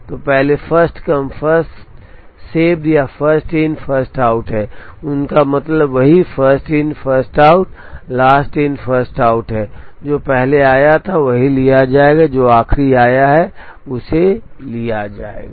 तो पहले first come first saved या फर्स्ट इन फर्स्ट आउट हैं उनका मतलब वही first in first out last in first out है जो पहले आया था वही लिया जाएगा जो आखिरी आया है उसे लिया जाएगा